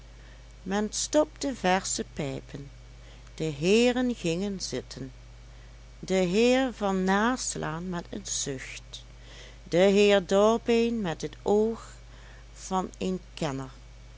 men stopte versche pijpen de heeren gingen zitten de heer van naslaan met een zucht de heer dorbeen met het oog van een kenner